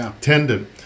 tendon